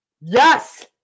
Yes